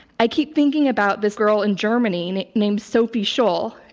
i keep thinking about this girl in germany named sophie scholl,